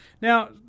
Now